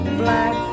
black